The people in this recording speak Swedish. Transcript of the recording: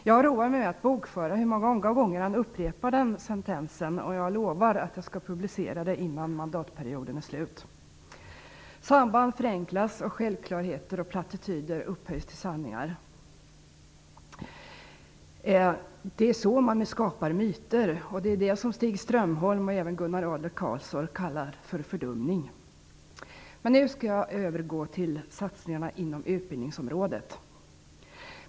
Jag har roat mig med att bokföra hur många gånger han upprepade den sentensen, och jag lovar att jag skall publicera det innan mandatperioden är slut. Samband förenklas, och självklarheter och plattityder upphöjs till sanningar. Det är på det sättet man skapar myter, och det är det som Stig Strömholm och även Gunnar Adler-Karlsson kallar för fördumning. Nu skall jag övergå till satsningarna inom utbildningsområdet.